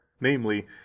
namely